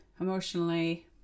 emotionally